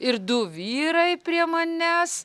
ir du vyrai prie manęs